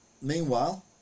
Meanwhile